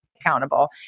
accountable